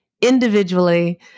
individually